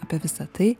apie visa tai